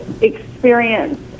experience